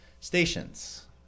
stations